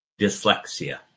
dyslexia